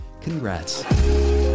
Congrats